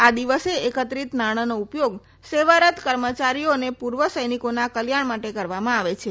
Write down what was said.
આ દિવસે એકત્રિત નાણાનો ઉપયોગ સેવારત કર્મચારીઓ અને પુર્વ સૈનિકોના કલ્યાણ માટે કરવામાં આવે છે